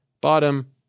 bottom